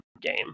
game